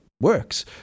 works